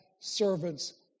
servants